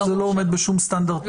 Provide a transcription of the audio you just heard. זה לא עומד בשום סטנדרט משפטי,